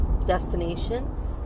destinations